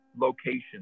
location